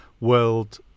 world